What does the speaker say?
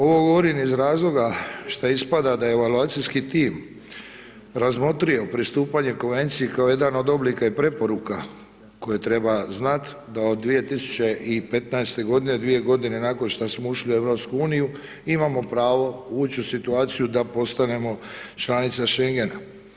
Ovo govorim iz razloga šta ispada da evaluaciji tim razmotrio pristupanje konvenciji kao jedan od oblika i preporuka koje treba znat, da od 2015. godine, dvije godine nakon što smo ušli u EU imamo pravo uć u situaciju da postanemo članica Schengena.